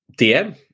DM